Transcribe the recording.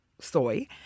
soy